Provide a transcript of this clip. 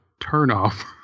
turn-off